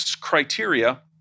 criteria